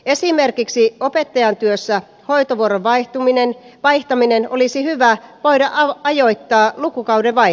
esimerkiksi opettajan työssä hoitovuoron vaihtuminen vaihtaminen olisi hyvä voida ajoittaa lukukauden vai